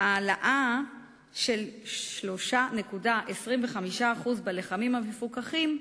העלאה של 3.25% בלחמים המפוקחים,